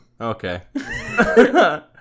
Okay